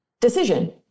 decision